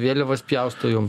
vėliavas pjausto jum